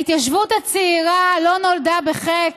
ההתיישבות הצעירה לא נולדה בחטא,